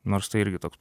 nors tai irgi toks